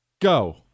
go